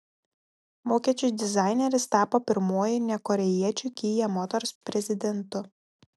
vokiečių dizaineris tapo pirmuoju ne korėjiečiu kia motors prezidentu